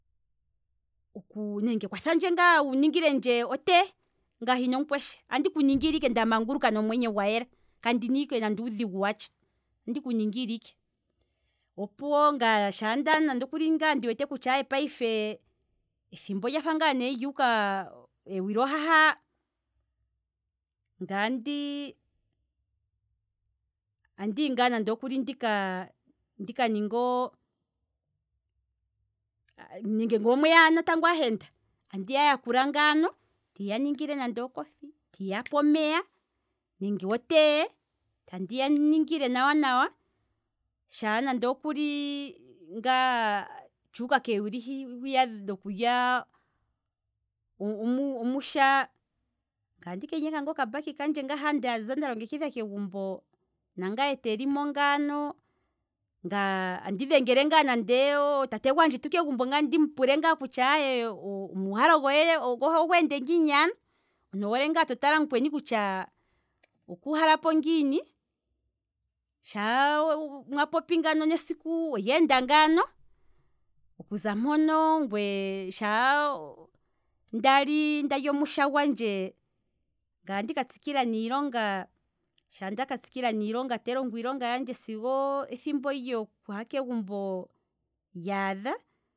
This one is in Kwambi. Oku, nenge kwa thandje ngaa wu ningilendje nande o tea, ngaye hina mukweshe, andiku ningile ike nomwenyo gwayela, kandina ike nande uudhigu watsha andiku ningile ike, opuwo shaa ngaa nande okuli ndi wete kutya ethimbo olyuuka, owili ohaha, ndaa ndihi ngaa nande okuli ndika ningoo, nenge ngoo mweya natango ahenda, andiya yakula ngaano, andiya ningile nande o coffee andiya pe otea nenge omeya, tandi ya ningile nawa nawa, shaa nande okuli ngaa tshuuka keewili dhiya dhokulya omusha, ngaye andika enyeka ngaa okambaki kandje ha nda longekidha kegumbo, nangaye te limo ngaano, andi dhengele ngaa nande otate gwaandjetu kegumbo ndimupule ngaa kutya aye omuuhalo gohe ogweende ngiini ano, omuntu owoole ngaa to tala kutya mukweni okuuhalapo ngiini, shaa mwa popi ngano, nesiku olyeenda ngaano, okuza mpono ngaye sha ndali omusha gwandje, ngaa tandi ka tsikila niilonga, shaa ndaka tsikila niilonga, tandi longo iilonga yandje sigo ethimbo lyokuha kegumbo lyaadha